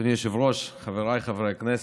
אדוני היושב-ראש, חבריי חברי הכנסת,